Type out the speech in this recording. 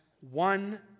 one